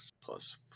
plus